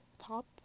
top